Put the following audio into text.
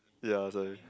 ya I was like